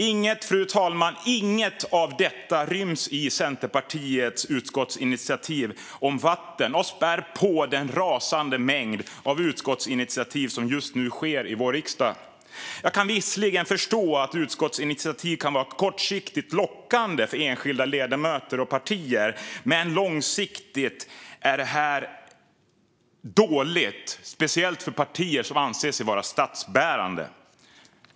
Inget av detta, fru talman, ryms i Centerpartiets utskottsinitiativ om vatten, som spär på den rasande mängd av utskottsinitiativ som just nu sker i vår riksdag. Jag kan visserligen förstå att utskottsinitiativ kan vara kortsiktigt lockande för enskilda ledamöter och partier, men långsiktigt är det här dåligt, speciellt för partier som anser sig vara statsbärande.